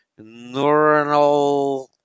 neuronal